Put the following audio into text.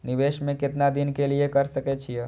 निवेश में केतना दिन के लिए कर सके छीय?